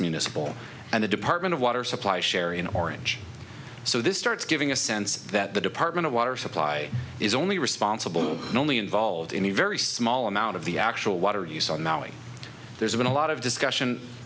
municipal and the department of water supply sherry in orange so this starts giving a sense that the department of water supply is only responsible only involved in a very small amount of the actual water use on maui there's been a lot of discussion